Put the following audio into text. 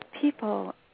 people